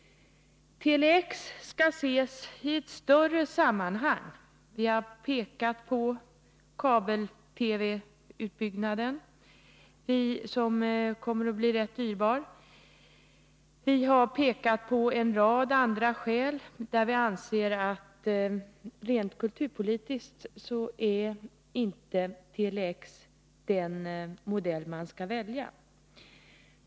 Tele-X skall ses i ett större sammanhang. Vi har pekat på kabel-TV-utbyggnaden, som kommer att bli rätt dyrbar. Och vi har också framhållit en rad andra skäl, eftersom vi anser att Tele-X rent kulturpolitiskt inte är den modell som man bör välja.